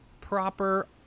proper